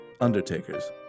Undertakers